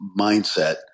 mindset